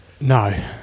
No